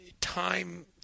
time